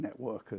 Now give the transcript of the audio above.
networkers